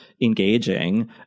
engaging